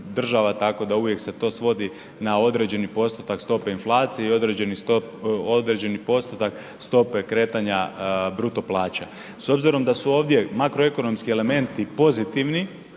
tako da uvijek se to svodi na određeni postotak stope inflacije i određeni postotak stope kretanja bruto plaća. S obzirom da su ovdje makroekonomski elementi pozitivni,